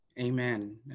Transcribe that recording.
Amen